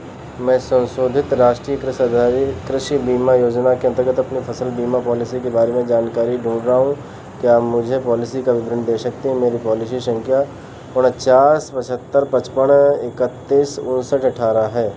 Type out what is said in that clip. मैं संशोधित राष्टीय कृषि बीमा योजना के अंतर्गत अपनी फ़सल बीमा पॉलिसी के बारे में जानकारी ढूँढ रहा हूँ क्या आप मुझे पॉलिसी का विवरण दे सकते हैं मेरी पॉलिसी संख्या उनचास पचहत्तर पचपन इकतीस उनसठ अठारह है